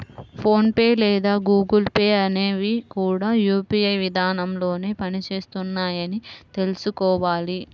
phone pay లేదా Google Pay అనేవి కూడా యూ.పీ.ఐ విధానంలోనే పని చేస్తున్నాయని తెల్సుకోవాలి